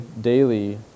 daily